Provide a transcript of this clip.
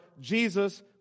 Jesus